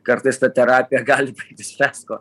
kartais ta terapija gali baigtis fiasko